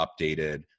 updated